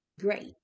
great